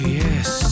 yes